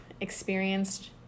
experienced